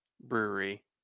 Brewery